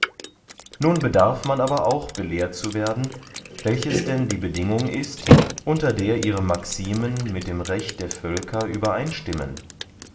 nun bedarf man aber auch belehrt zu werden welches denn die bedingung ist unter der ihre maximen mit dem recht der völker übereinstimmen